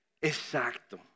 Exacto